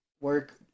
work